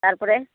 ତା'ର୍ ପରେ